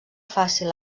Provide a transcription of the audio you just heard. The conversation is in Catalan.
fàcil